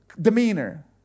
demeanor